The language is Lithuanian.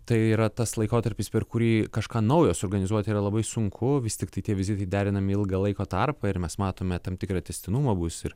tai yra tas laikotarpis per kurį kažką naujo suorganizuoti yra labai sunku vis tiktai tie vizitai derinami ilgą laiko tarpą ir mes matome tam tikrą tęstinumą bus ir